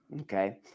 okay